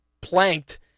planked